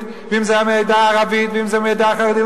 ואם זה מהעדה הערבית ואם זה מהעדה החרדית,